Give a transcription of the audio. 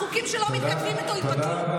החוקים שלא מתכתבים איתו יתבטלו,